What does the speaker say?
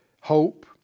hope